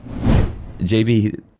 JB